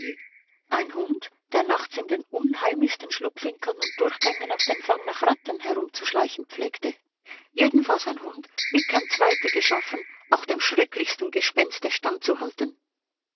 ein hund der nachts in den unheimlichsten schlupfwinkeln und durchgängen auf den fang nach ratten herumzuschleichen pflegte jedenfalls ein hund wie kein zweiter geschaffen auch dem schrecklichsten gespenste stand